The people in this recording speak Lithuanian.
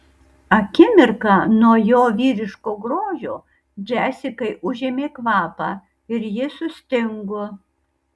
akimirką nuo jo vyriško grožio džesikai užėmė kvapą ir ji sustingo